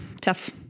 tough